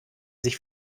sich